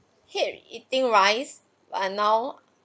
hate eating rice but now